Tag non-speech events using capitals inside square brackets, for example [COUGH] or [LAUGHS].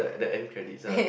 eh [LAUGHS]